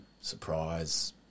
surprise